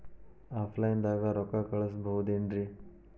Offline ದಾಗ ರೊಕ್ಕ ಕಳಸಬಹುದೇನ್ರಿ?